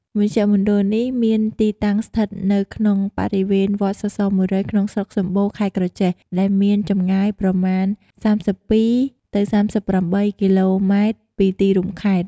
មជ្ឈមណ្ឌលនេះមានទីតាំងស្ថិតនៅក្នុងបរិវេណ វត្តសសរ ១០០ ក្នុងស្រុកសំបូរ ខេត្តក្រចេះ ដែលមានចម្ងាយប្រមាណ ៣២-៣៨ គីឡូម៉ែត្រ ពីទីរួមខេត្ត ។